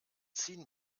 ziehen